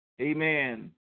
Amen